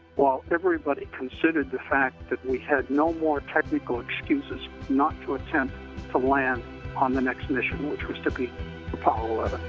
while everybody considered the fact that we had no more technical excuses not to attempt to land on the next mission, which was to be apollo